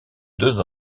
deux